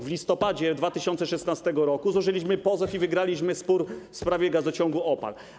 W listopadzie 2016 r. złożyliśmy pozew i wygraliśmy spór w sprawie gazociągu OPAL.